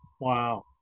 wow